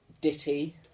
ditty